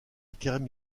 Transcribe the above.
carrière